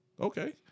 Okay